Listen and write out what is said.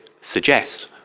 suggest